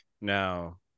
Now